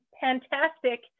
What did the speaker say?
fantastic